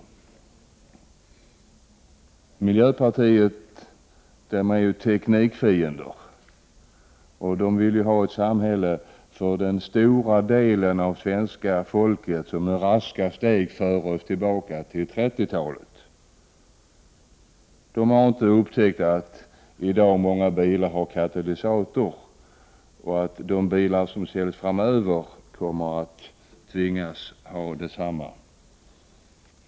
Miljöpartisterna är teknikfiender. De vill för den stora delen av svenska folket ha ett samhälle som med raska steg för oss tillbaka till 30-talet. De har inte upptäckt att många bilar i dag har en katalysator och att de bilar som säljs framöver kommer att tvingas att ha sådan.